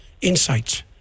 insights